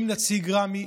עם נציג רמ"י,